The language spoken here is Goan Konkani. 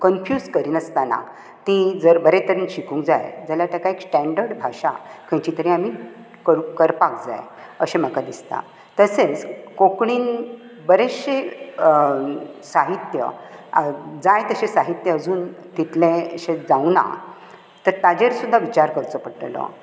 कन्फ्यूज करिनासतना ती जर बरे तरेन शिकूंक जाय जाल्यार तांकां एक स्टँडर्ड भाशा खंयची तरी आमी करूंक करपाक जाय अशें म्हाका दिसता तशेंच कोंकणीन बरेचशें साहित्य जाय तशें साहित्य अजून तितले अशें जावूंक ना तर ताचेर तुका विचार करचे पडटलो